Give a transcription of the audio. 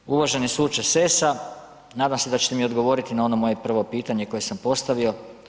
Pa evo uvaženi suče Sessa nadam se da ćete mi odgovoriti na ono moje prvo pitanje koje sam postavio.